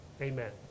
Amen